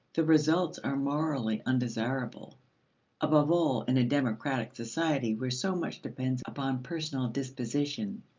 the results are morally undesirable above all in a democratic society where so much depends upon personal disposition.